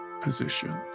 position